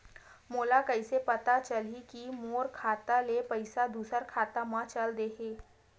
मोला कइसे पता चलही कि मोर खाता ले पईसा दूसरा खाता मा चल देहे?